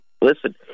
listen